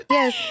Yes